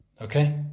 Okay